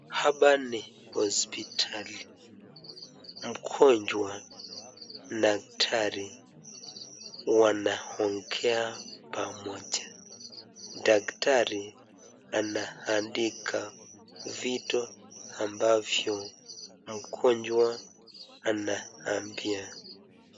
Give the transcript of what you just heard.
Hapa ni hospitali, mgonjwa na daktari wanaongea pamoja. Daktari anaandika vitu ambavyo mgonjwa anaambia.